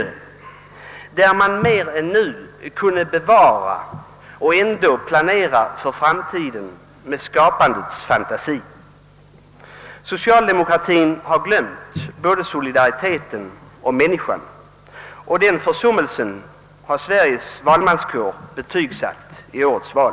Man vill ha en samhällsplanering som kunde verka mera bevarande och ändå ge möjlighet att forma framtidens miljö med skapande fantasi. Socialdemokratien har glömt både solidariteten och människan, och denna försummelse har Sveriges valmanskår betygsatt i årets val.